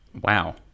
Wow